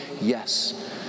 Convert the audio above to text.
yes